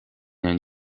een